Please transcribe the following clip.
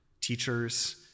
teachers